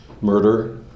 Murder